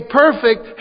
perfect